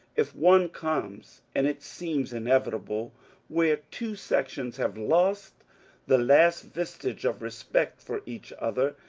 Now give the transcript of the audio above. if one comes, and it seems inevitable where two sections have lost the last vestige of respect for each other,